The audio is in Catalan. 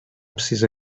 absis